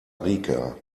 rica